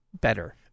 better